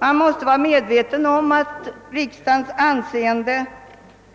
Man måste ha klart för sig att riksdagens anseende